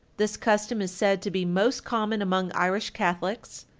this custom is said to be most common among irish catholics,